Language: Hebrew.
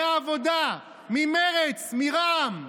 מהעבודה, ממרצ, מרע"מ.